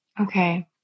Okay